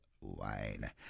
wine